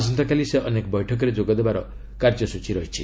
ଆସନ୍ତାକାଲି ସେ ଅନେକ ବୈଠକରେ ଯୋଗଦେବାର କାର୍ଯ୍ୟସୂଚୀ ରହିଛି